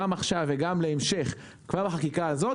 גם עכשיו וגם להמשך כבר בחקיקה הזאת,